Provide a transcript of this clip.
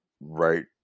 right